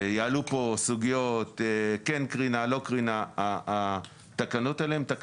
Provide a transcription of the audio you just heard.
שיעלו פה סוגיות כן קרינה, לא קרינה.